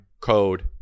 code